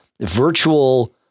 virtual